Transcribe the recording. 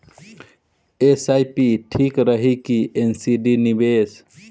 SIP ठीक रही कि एन.सी.डी निवेश?